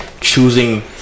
choosing